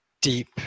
deep